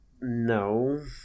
no